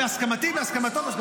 בהסכמתי, בהסכמתו.